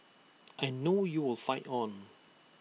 I know you will fight on